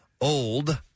Old